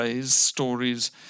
stories